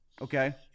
Okay